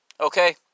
okay